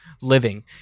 living